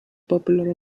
popular